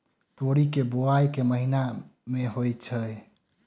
तोरी केँ बोवाई केँ महीना मे होइ छैय?